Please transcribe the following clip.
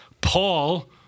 Paul